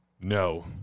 No